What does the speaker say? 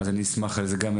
אני אשמח על זה גם,